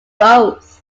both